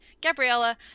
Gabriella